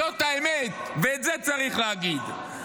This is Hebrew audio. זאת האמת, ואת זה צריך להגיד.